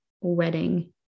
wedding